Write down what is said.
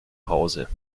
hause